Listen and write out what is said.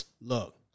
look